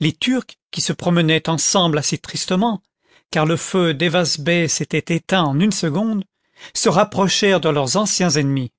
les turcs qui se promenaient ensemble assez tristement car le feu dayvaz bey s'était éteint en une seconde se rapprochèrent de leurs anciens ennemis